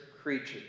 creatures